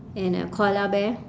and a koala bear